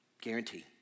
Guarantee